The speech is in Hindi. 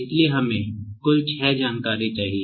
इसलिए हमें कुल छह जानकारी चाहिए